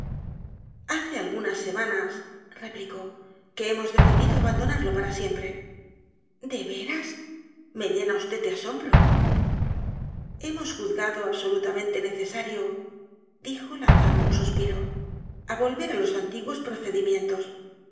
hace algunas semanas replicó que hemos decidido abandonarlo p a r a siempre d e veras me llena vd de asombro hemos juzgado absolutamente necesario dijo lanzando un suspiro á volver á los antiguos procedimientos